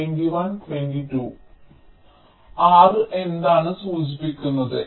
R⧠ എന്താണ് സൂചിപ്പിക്കുന്നത്